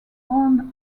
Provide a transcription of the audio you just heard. own